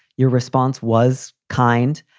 your response was kind.